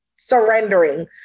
surrendering